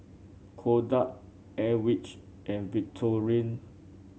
Kodak Airwick and Victorinox